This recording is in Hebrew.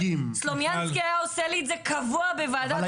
כל